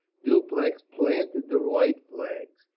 dupleix planted the white flags,